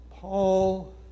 Paul